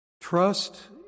trust